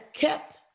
kept